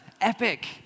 epic